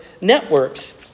networks